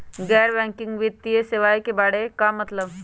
गैर बैंकिंग वित्तीय सेवाए के बारे का मतलब?